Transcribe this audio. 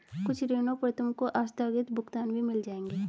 कुछ ऋणों पर तुमको आस्थगित भुगतान भी मिल जाएंगे